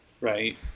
right